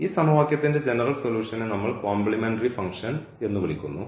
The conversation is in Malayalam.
ഈ സമവാക്യത്തിൻറെ ജനറൽ സൊലൂഷനെ നമ്മൾ കോംപ്ലിമെൻററി ഫംഗ്ഷൻ എന്നു വിളിക്കുന്നു